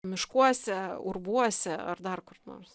miškuose urvuose ar dar kur nors